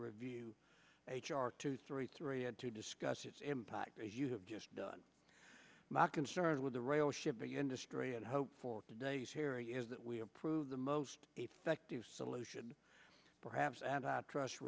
review h r two three three and to discuss its impact as you have just done my concern with the rail shipping industry and hope for today's harry is that we approve the most effective solution perhaps antitrust